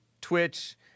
Twitch